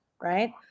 right